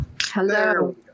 Hello